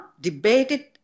debated